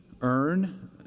earn